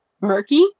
murky